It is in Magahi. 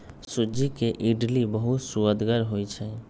सूज्ज़ी के इडली बहुत सुअदगर होइ छइ